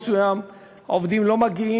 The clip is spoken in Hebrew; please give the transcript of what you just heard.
אז מה הקשר למושחתים ומסואבים?